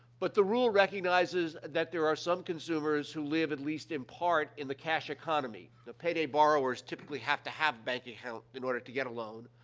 but the rule recognizes that there are some consumers who live, at least in part, in the cash economy. now, payday borrowers typically have to have bank account in order to get a loan,